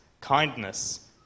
kindness